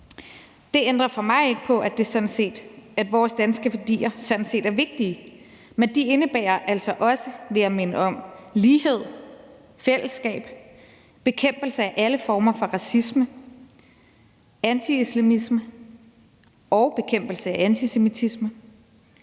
Det ændrer for mig at se ikke på, at vores danske værdier sådan set er vigtige, men de indebærer altså også, vil jeg minde om, lighed, fællesskab, bekæmpelse af alle former for racisme, antiislamisme og bekæmpelse af antisemitisme,